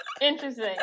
interesting